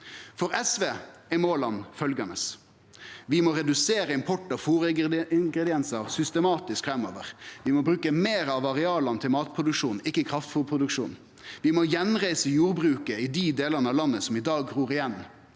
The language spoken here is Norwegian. For SV er måla følgjande: Vi må redusere import av fôringrediensar systematisk framover. Vi må bruke meir av areala til matproduksjon, ikkje til kraftfôrproduksjon. Vi må gjenreise jordbruket i dei delane av landet som i dag gror igjen.